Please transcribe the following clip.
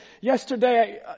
yesterday